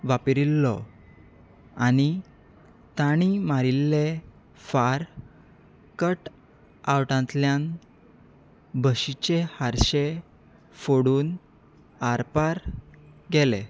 वापरिल्लो आनी तांणी मारिल्ले फार कट आवटांतल्यान बशीचे हारशे फोडून आरपार गेले